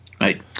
right